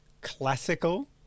classical